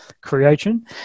creation